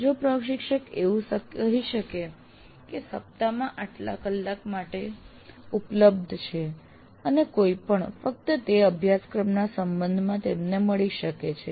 જો પ્રશિક્ષક એવું કહી શકે કે તે સપ્તાહમાં આટલા કલાક માટે ઉપલબ્ધ છે અને કોઈ પણ ફક્ત તે અભ્યાસક્રમના સંબંધમાં તમને મળી શકે છે